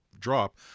drop